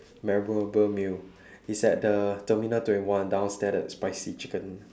memorable meal is at the the terminal twenty one downstairs the spicy chicken